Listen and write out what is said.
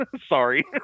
Sorry